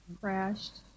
crashed